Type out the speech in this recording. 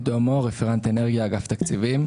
אני רפרנט אנרגיה באגף התקציבים.